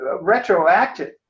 retroactive